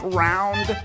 round